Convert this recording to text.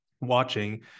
watching